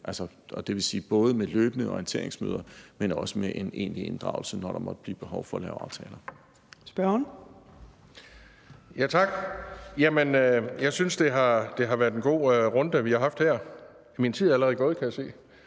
det vil sige både med løbende orienteringsmøder, men også med en egentlig inddragelse, når der måtte blive behov for at lave aftaler.